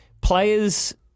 Players